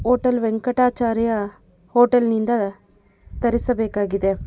hotel Venkatacharya ಹೋಟೆಲ್ನಿಂದ ತರಿಸಬೇಕಾಗಿದೆ